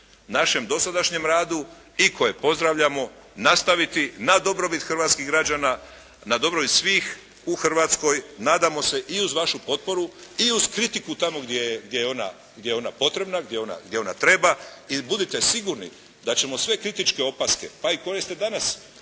našem dosadašnjem radu i koje pozdravljamo nastaviti na dobrobit hrvatskih građana, na dobrobit svih u Hrvatskoj. Nadamo se i uz vašu potporu i uz kritiku tamo gdje je ona, gdje je ona potrebna, gdje ona treba i budite sigurni da ćemo sve kritičke opaske pa i koje ste danas